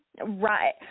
Right